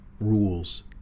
rules